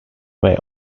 may